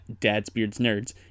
dadsbeardsnerds